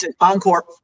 Encore